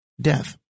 death